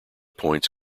points